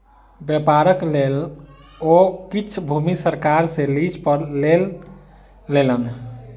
व्यापारक लेल ओ किछ भूमि सरकार सॅ लीज पर लय लेलैन